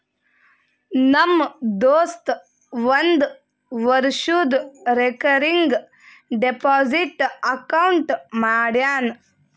ನಮ್ ದೋಸ್ತ ಒಂದ್ ವರ್ಷದು ರೇಕರಿಂಗ್ ಡೆಪೋಸಿಟ್ ಅಕೌಂಟ್ ಮಾಡ್ಯಾನ